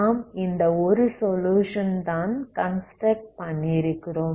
நாம் இந்த ஒரு சொலுயுஷன் தான் கன்ஸ்ட்ரக்ட் பண்ணிருக்கிறோம்